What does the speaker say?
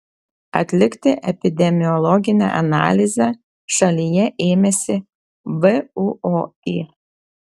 atlikti epidemiologinę analizę šalyje ėmėsi vuoi